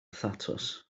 thatws